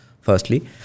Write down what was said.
firstly